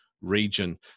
region